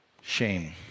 Shame